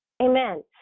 Amen